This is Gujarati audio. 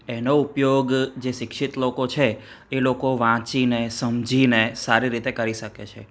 એનો ઉપયોગ જે શિક્ષિત લોકો છે એ લોકો વાંચીને સમજીને સારી રીતે કરી શકે છે